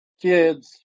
kids